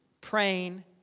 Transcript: praying